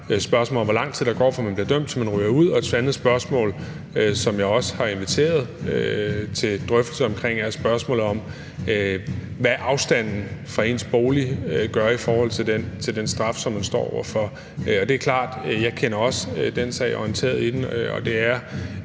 af dem er, hvor lang tid der går, fra man bliver dømt, til man ryger ud. Og et andet spørgsmål – som jeg også har inviteret til drøftelser omkring – er, hvad afstanden fra ens bolig gør i forhold til den straf, som man står over for. Det er klart, at jeg også kender den sag, og jeg er